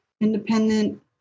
independent